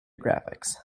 graphics